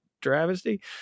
travesty